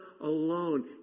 alone